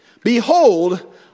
Behold